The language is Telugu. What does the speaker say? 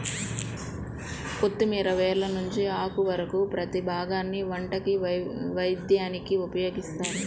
కొత్తిమీర వేర్ల నుంచి ఆకు వరకు ప్రతీ భాగాన్ని వంటకి, వైద్యానికి ఉపయోగిత్తారు